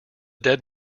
dead